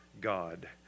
God